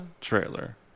trailer